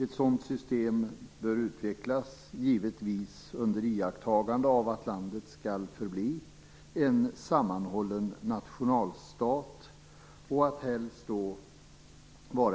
Ett sådant system bör givetvis utvecklas under iakttagande av att landet skall förbli en sammanhållen nationalstat, helst